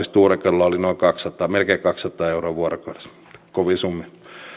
sturenkadulla oli melkein kaksisataa euroa vuorokaudessa kovia summia